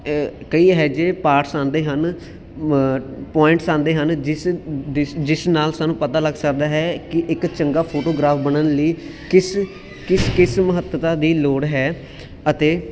ਕਈ ਇਹ ਜਿਹੇ ਪਾਟਸ ਆਉਂਦੇ ਹਨ ਪੁਆਇੰਟਸ ਆਉਂਦੇ ਹਨ ਜਿਸ ਜਿਸ ਜਿਸ ਨਾਲ ਸਾਨੂੰ ਪਤਾ ਲੱਗ ਸਕਦਾ ਹੈ ਕਿ ਇੱਕ ਚੰਗਾ ਫੋਟੋਗ੍ਰਾਫ ਬਣਨ ਲਈ ਕਿਸ ਕਿਸ ਕਿਸ ਕਿਸ ਮਹੱਤਤਾ ਦੀ ਲੋੜ ਹੈ ਅਤੇ